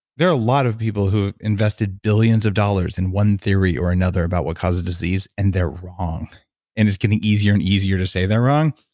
are a lot of people who invested billions of dollars in one theory or another about what causes disease and they're wrong and it's getting easier and easier to say, they're wrong.